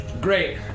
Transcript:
Great